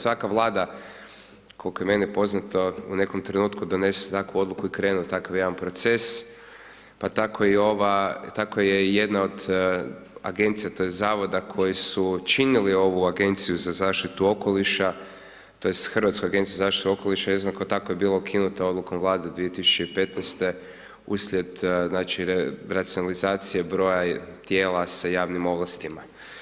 Svaka Vlada koliko je meni poznato u nekom trenutku donese takvu odluku i krene u takav jedan proces pa tako je i jedna od agencija tj. zavoda koji su činili ovu Agenciju za zaštitu okoliša tj. Hrvatsku agenciju za okoliša jednako je bilo ukinuto odlukom Vlade 2015. uslijed racionalizacije broja tijela sa javnim ovlastima.